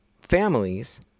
families